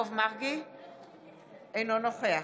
אינו נוכח